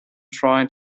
trying